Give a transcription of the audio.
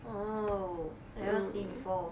oh never seen before